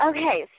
Okay